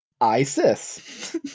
Isis